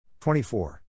24